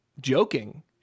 joking